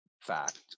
fact